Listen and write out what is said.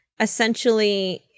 essentially